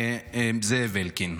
זאב אלקין.